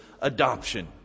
adoption